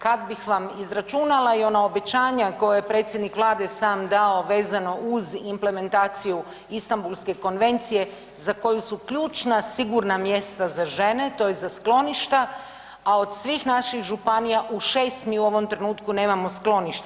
Kad bih vam izračunala i ona obećanja koja je predsjednik Vlade sam dao vezano uz implementaciju Istambulske konvencije za koju su ključna sigurna mjesta za žene tj. za skloništa, a od svih naših županija u 6 mi u ovom trenutku nemamo skloništa.